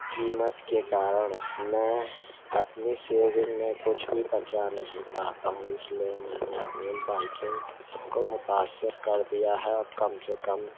قیمت کے کارن میں اپنی سیونگ میں کچھ بھی بچا نہیں پاتا ہوں اس لیے میں نے اپنی بائکنگ کو متأثر کر دیا ہے کم سے کم